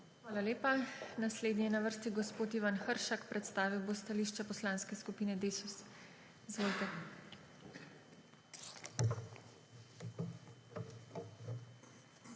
Hvala lepa. Naslednji je na vrsti gospod Ivan Hršak, predstavil bo stališče Poslanske skupine Desus. Izvolite.